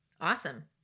Awesome